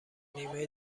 نیمه